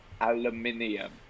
aluminium